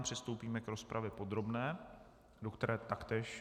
Přistoupíme k rozpravě podrobné, do které taktéž...